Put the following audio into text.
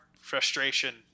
frustration